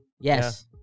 Yes